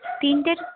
তিনটের